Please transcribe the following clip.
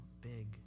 big